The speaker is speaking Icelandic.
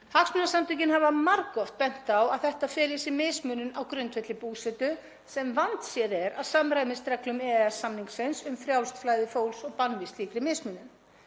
Hagsmunasamtökin hafa margoft bent á að þetta feli í sér mismunun á grundvelli búsetu sem vandséð er að samræmist reglum EES-samningsins um frjálst flæði fólks og bann við slíkri mismunun.